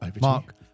Mark